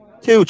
Two